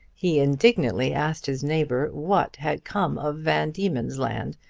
he indignantly asked his neighbour what had come of van diemen's land,